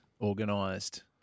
organised